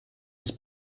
his